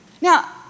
now